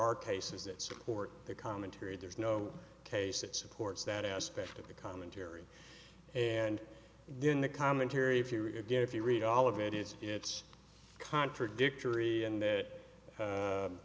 are cases that support the commentary there's no case that supports that aspect of the commentary and then the commentary if you again if you read all of it is it's contradictory in that